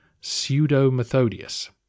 Pseudo-Methodius